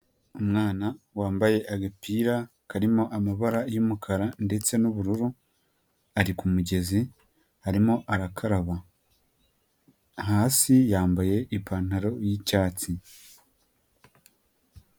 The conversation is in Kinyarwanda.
Umwana wambaye agapira karimo amabara y'umukara ndetse n'ubururu, ari ku mugezi arimo arakaraba, hasi yambaye ipantaro y'icyatsi.